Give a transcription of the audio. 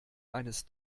eines